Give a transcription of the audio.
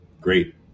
great